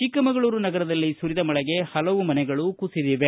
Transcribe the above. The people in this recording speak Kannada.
ಚಿಕ್ಕಮಗಳೂರು ನಗರದಲ್ಲಿ ಸುರಿದ ಮಳೆಗೆ ಹಲವು ಮನೆಗಳು ಕುಸಿದಿದೆ